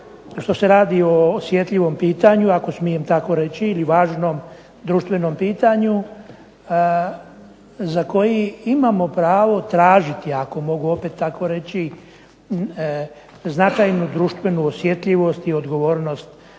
što se radi o osjetljivom pitanju ako smijem tako reći ili o važnom društvenom pitanju za koji imamo pravo tražiti ako mogu tako reći značajnu društvenu osjetljivost i odgovornost